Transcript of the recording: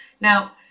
Now